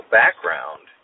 background